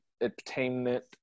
attainment